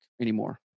anymore